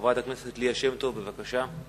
חברת הכנסת ליה שמטוב, בבקשה.